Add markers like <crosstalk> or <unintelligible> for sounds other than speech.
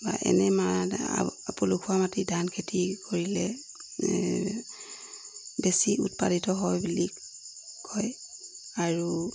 <unintelligible> পলসুৱা মাটিত ধানখেতি কৰিলে বেছি উৎপাদিত হয় বুলি কয় আৰু